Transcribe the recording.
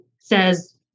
says